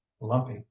lumpy